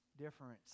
difference